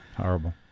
Horrible